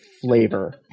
flavor